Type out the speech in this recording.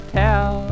tell